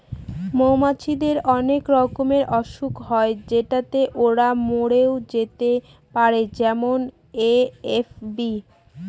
মৌমাছিদের অনেক রকমের অসুখ হয় যেটাতে ওরা মরে যেতে পারে যেমন এ.এফ.বি